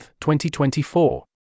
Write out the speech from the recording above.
2024